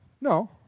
no